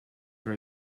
for